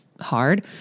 hard